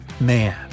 Man